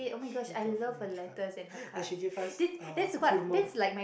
she got me a card and she gave us uh kurma